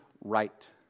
right